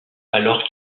alors